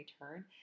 return